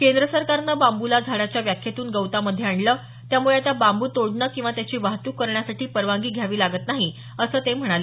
केंद्र सरकारनं बांबूला झाडाच्या व्याख्येतून गवतामध्ये आणलं यामुळे आता बांबू तोडणं किंवा त्याची वाहतूक करण्यासाठी परवानगी घ्यावी लागत नाही असं ते म्हणाले